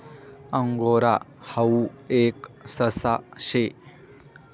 angora हाऊ एक ससा शे